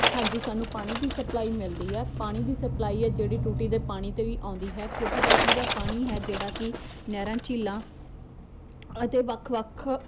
ਹਾਂਜੀ ਸਾਨੂੰ ਪਾਣੀ ਦੀ ਸਪਲਾਈ ਮਿਲਦੀ ਆ ਪਾਣੀ ਦੀ ਸਪਲਾਈ ਹੈ ਜਿਹੜੀ ਟੂਟੀ ਦੇ ਪਾਣੀ 'ਤੇ ਵੀ ਆਉਂਦੀ ਹੈ ਕਿਉਂਕਿ ਟੂਟੀ ਦਾ ਪਾਣੀ ਹੈ ਜਿਹੜਾ ਕਿ ਨਹਿਰਾਂ ਝੀਲਾਂ ਅਤੇ ਵੱਖ ਵੱਖ